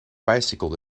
bicycle